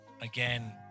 again